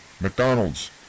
McDonald's